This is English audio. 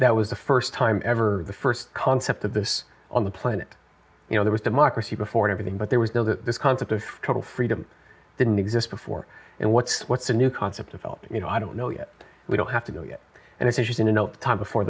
that was the first time ever the first concept of this on the planet you know there was democracy before everything but there was no this concept of total freedom didn't exist before and what's what's a new concept of thought you know i don't know yet we don't have to go yet and it's interesting to note the time before